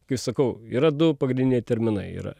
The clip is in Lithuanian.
kaip sakau yra du pagrindiniai terminai yra